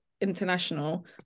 international